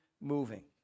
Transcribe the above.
moving